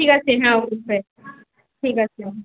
ঠিক আছে হ্যাঁ ওষুধ স্যার ঠিক আছে